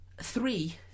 three